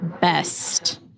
best